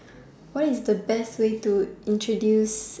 What is the best way to introduce